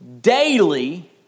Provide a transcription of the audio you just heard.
daily